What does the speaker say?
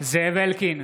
זאב אלקין,